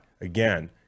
Again